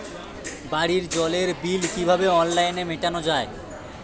বাড়ির জলের বিল কিভাবে অনলাইনে মেটানো যায়?